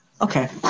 Okay